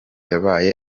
yabaye